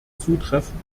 zutreffen